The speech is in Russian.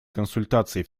консультаций